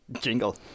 Jingle